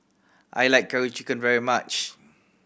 I like Curry Chicken very much